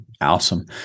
Awesome